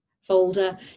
folder